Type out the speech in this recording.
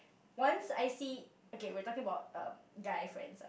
once I see okay we are talking about um guy friends uh